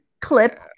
clip